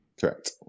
Correct